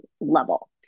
level